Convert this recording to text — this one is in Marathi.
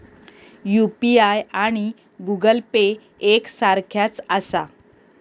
यू.पी.आय आणि गूगल पे एक सारख्याच आसा?